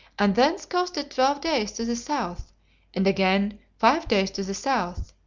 and thence coasted twelve days to the south and again five days to the south,